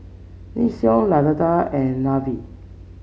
Nixon Lazada and Nivea